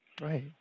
Right